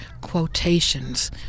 quotations